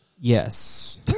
Yes